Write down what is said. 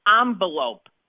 envelope